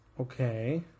Okay